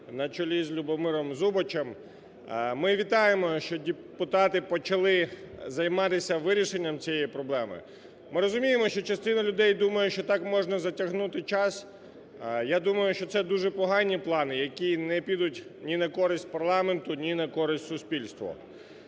на чолі з Любомиром Зубачем. Ми вітаємо, що депутати почали займатися вирішенням цієї проблеми. Ми розуміємо, що частина людей думає, що так можна затягнути час, я думаю, що це дуже погані плани, які не підуть ні на користь парламенту, ні на користь суспільству.